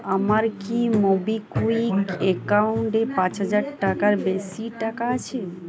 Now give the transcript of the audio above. আমার কি মোবিকুইক একাউন্টে পাঁচ হাজার টাকার বেশি টাকা আছে